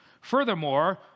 Furthermore